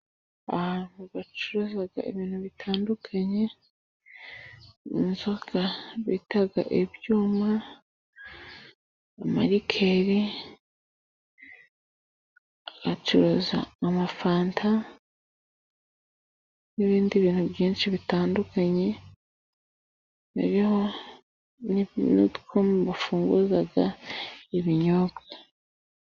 Ahantu bacuruza ibintu bitandukanye inzoga bita ibyuma , amarikeri, bacuruza amafanta n'ibindi bintu byinshi bitandukanye, biriho n'utwuma bafunguza ibinyobwa.